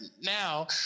now